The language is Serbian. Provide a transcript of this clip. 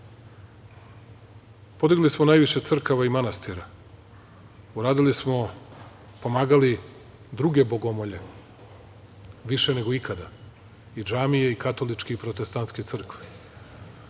vlasti. Podigli smo najviše crkava i manastira, pomagali smo druge bogomolje, više nego ikada, i džamije i katoličke i protestantske crkve,